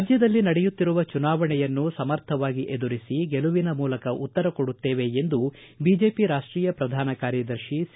ರಾಜ್ಯದಲ್ಲಿ ನಡೆಯುತ್ತಿರುವ ಚುನಾವಣೆಯನ್ನು ಸಮರ್ಥವಾಗಿ ಎದುರಿಸಿ ಗೆಲುವಿನ ಮೂಲಕ ಉತ್ತರ ಕೊಡುತ್ತೇವೆ ಎಂದು ಬಿಜೆಪಿ ರಾಷ್ಟೀಯ ಪ್ರಧಾನ ಕಾರ್ಯದರ್ತಿ ಸಿ